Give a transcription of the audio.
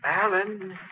Alan